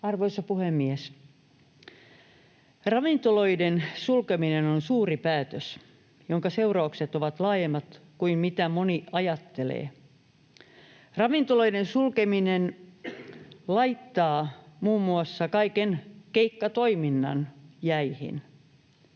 Arvoisa puhemies! Ravintoloiden sulkeminen on suuri päätös, jonka seuraukset ovat laajemmat kuin mitä moni ajattelee. Ravintoloiden sulkeminen laittaa muun muassa kaiken keikkatoiminnan jäihin.